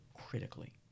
critically